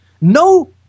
no